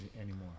anymore